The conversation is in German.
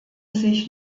sich